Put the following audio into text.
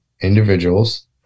individuals